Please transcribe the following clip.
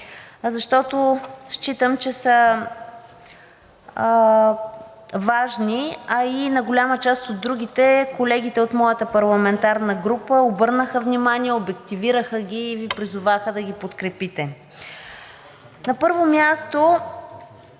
защото считам, че са важни, а и на голяма част от другите колегите от моята парламентарна група обърнаха внимание, обективираха ги и призоваха да ги подкрепите. На първо място,